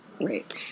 right